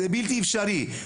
זה בלתי אפשרי,